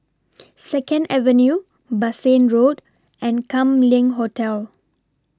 Second Avenue Bassein Road and Kam Leng Hotel